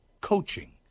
Coaching